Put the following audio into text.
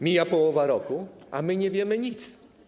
Mija połowa roku, a my nie wiemy nic.